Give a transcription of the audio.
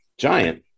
giant